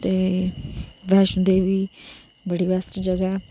ते बैष्णो देबी बड़ी बेस्ट जगह ऐ